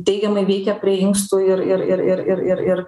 teigiamai veikia prie inkstų ir ir ir ir ir ir ir